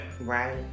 Right